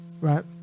Right